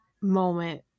moment